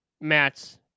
Matt's